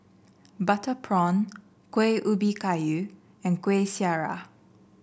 Butter Prawn Kueh Ubi Kayu and Kuih Syara